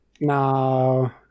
No